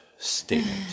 Statement